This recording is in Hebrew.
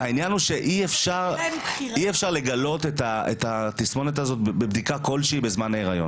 העניין הוא שאי אפשר לגלות את התסמונת הזאת בבדיקה כלשהי בזמן ההיריון.